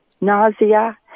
nausea